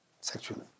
sexually